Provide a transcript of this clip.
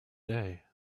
day